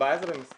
הבעיה זה במספרים.